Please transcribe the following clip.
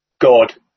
god